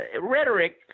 rhetoric